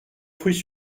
fruits